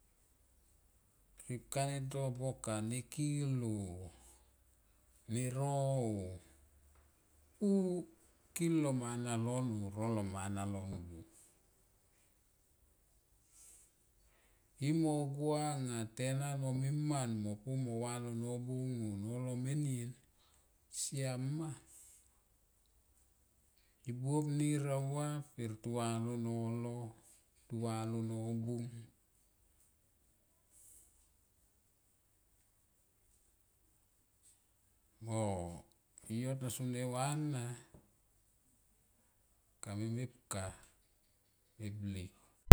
Ripka ne to boka ne kil o, ne ro kil lo mana lon o' no lo mana lon buop imo guanga tenan mo miman mo pu ma valo nobung me nien o nolo menien siam ma i buop nir au va pe tu va lo nolo tu va lonobung mo yo ta so ne va na kami mepka me blik.